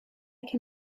can